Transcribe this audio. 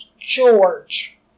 George